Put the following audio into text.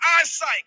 eyesight